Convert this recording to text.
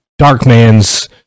Darkman's